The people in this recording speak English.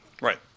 Right